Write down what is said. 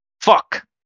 Fuck